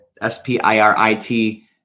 S-P-I-R-I-T